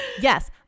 yes